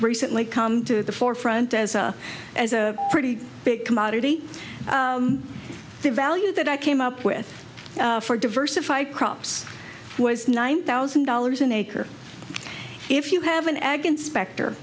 recently come to the forefront as a as a pretty big commodity the value that i came up with for diversified crops was nine thousand dollars an acre if you have an ag inspector